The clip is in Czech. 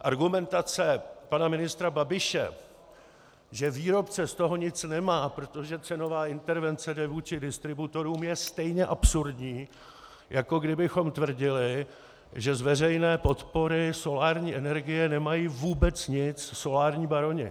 Argumentace pana ministra Babiše, že výrobce z toho nic nemá, protože cenová intervence jde vůči distributorům, je stejně absurdní, jako kdybychom tvrdili, že z veřejné podpory solární energie nemají vůbec nic solární baroni.